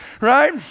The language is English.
right